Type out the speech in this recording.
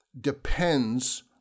depends